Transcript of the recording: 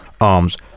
arms